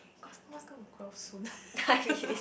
my stomach's gonna growl soon